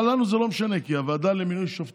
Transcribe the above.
אבל, לנו זה לא משנה, כי בוועדה למינוי שופטים,